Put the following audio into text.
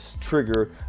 trigger